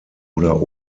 oder